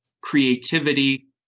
creativity